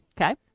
Okay